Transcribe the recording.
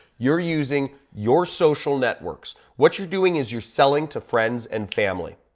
you're using your social networks, what you're doing is you're selling to friends and family.